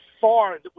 far